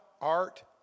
art